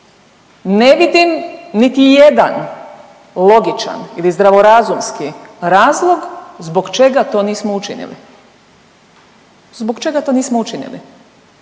Ne vidim niti jedan logičan ili zdravorazumski razlog zbog čega to nismo učinili, zbog čega to nismo učinili.